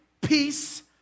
peace